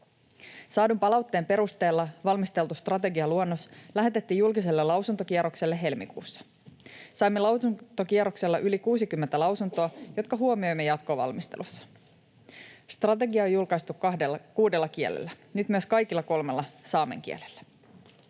Saadun palautteen perusteella valmisteltu strategialuonnos lähetettiin julkiselle lausuntokierrokselle helmikuussa. Saimme lausuntokierroksella yli 60 lausuntoa, jotka huomioimme jatkovalmistelussa. Strategia on julkaistu kuudella kielellä, nyt myös kaikilla kolmella saamen kielellä.